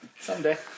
Someday